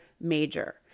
major